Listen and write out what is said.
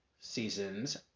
seasons